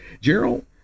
Gerald